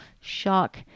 shock